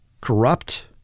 corrupt